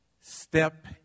step